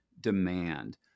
demand